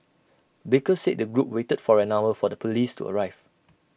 baker said the group waited for an hour for the Police to arrive